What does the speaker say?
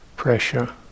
Pressure